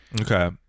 Okay